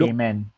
Amen